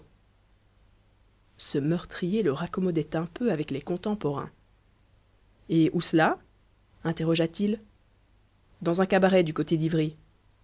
ce meurtrier le raccommodait un peu avec les contemporains et où cela interrogea-t-il dans un cabaret du côté d'ivry